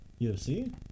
UFC